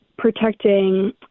protecting